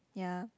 ya